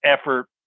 effort